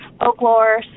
folklore